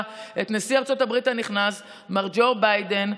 את נשיא ארצות הברית הנכנס מר ג'ו ביידן,